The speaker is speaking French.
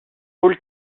paul